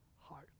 heart